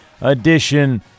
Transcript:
edition